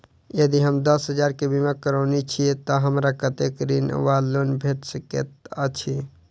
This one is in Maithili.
यदि हम दस हजार केँ बीमा करौने छीयै तऽ हमरा कत्तेक ऋण वा लोन भेट सकैत अछि?